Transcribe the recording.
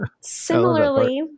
similarly